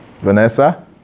Vanessa